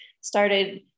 started